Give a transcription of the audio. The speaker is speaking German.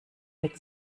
mit